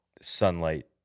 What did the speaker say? sunlight